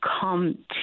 come